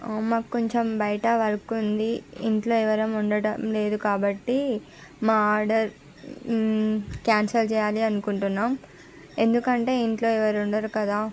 మాకు కొంచెం బయట వర్క్ ఉంది ఇంట్లో ఎవరము ఉండడం లేదు కాబట్టి మా ఆర్డర్ క్యాన్సల్ చేయాలి అనుకుంటున్నాము ఎందుకంటే ఇంట్లో ఎవరు ఉండరు కదా